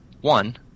One